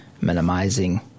minimizing